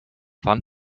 fand